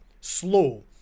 slow